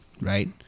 right